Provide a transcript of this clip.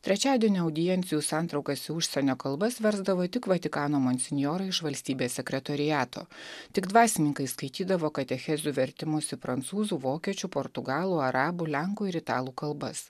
trečiadienio audiencijų santraukas į užsienio kalbas versdavo tik vatikano monsinjorai iš valstybės sekretoriato tik dvasininkai skaitydavo katechezių vertimus į prancūzų vokiečių portugalų arabų lenkų ir italų kalbas